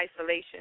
isolation